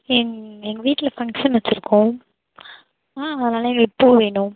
எங் எங்கள் வீட்டில் ஃபங்ஷன் வச்சிருக்கோம் ஆ அதனால் எங்களுக்கு பூ வேணும்